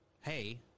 hey